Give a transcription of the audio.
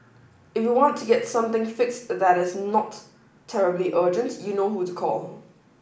if you want to get something fixed that is not terribly urgent you know who to call